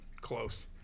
close